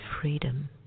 freedom